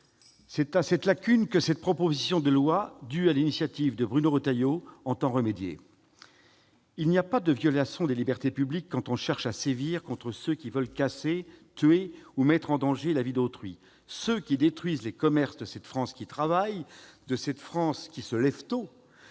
C'est à cette lacune que cette proposition de loi, due à l'initiative de Bruno Retailleau, entend remédier. Il n'y a pas de violation des libertés publiques quand on cherche à sévir contre ceux qui veulent casser, tuer ou mettre en danger la vie d'autrui. Ceux qui détruisent les commerces de cette France qui travaille, de cette France qui se lève tôt